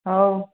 ହେଉ